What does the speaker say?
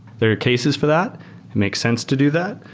there are cases for that. it makes sense to do that.